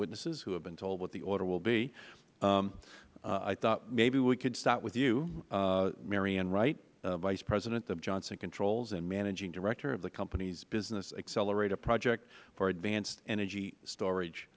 witnesses who have been told what the order will be i thought maybe we could start with you mary ann wright vice president of johnson controls and managing director of the company's business accelerator project for advanced energy storage